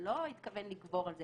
זה לא התכוון לגבור על זה.